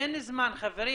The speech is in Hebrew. אין זמן, חברים.